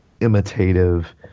imitative